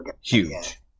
huge